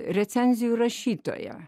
recenzijų rašytoja